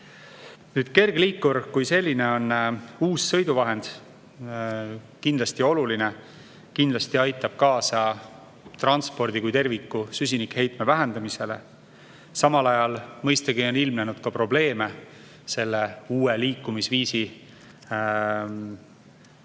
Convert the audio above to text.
Kergliikur kui selline on uus sõiduvahend, kindlasti oluline, kindlasti aitab kaasa transpordi kui terviku süsinikuheitme vähendamisele. Samal ajal on mõistagi ilmnenud probleeme seoses selle uue liikumisviisiga meie